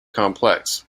complex